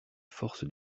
force